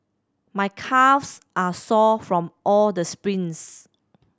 my calves are sore from all the sprints